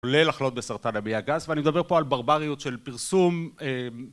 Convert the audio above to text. בלי לחלות בסרטן המעי הגס, ואני מדבר פה על ברבריות של פרסום